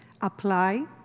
apply